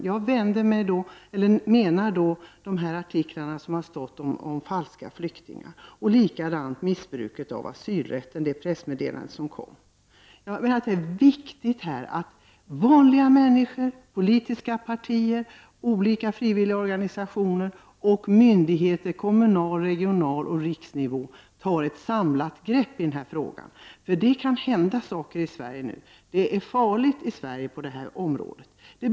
Jag åsyftar de artiklar som har skrivits om falska flyktingar och det pressmeddelande som har kommit om missbruk av asylrätten. Jag menar att det nu är viktigt att vanliga människor, politiska partier, olika frivilliga organisationer och myndigheter på kommunal, regional och riksnivå tar ett samlat grepp i denna fråga. Det kan hända saker i Sverige nu. Det är farligt i Sverige på det här området.